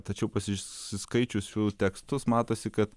tačiau pasiskaičius jų tekstus matosi kad